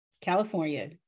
california